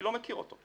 אני לא מכיר אותו,